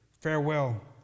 farewell